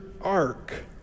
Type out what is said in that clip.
ark